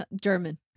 German